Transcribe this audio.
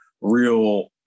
real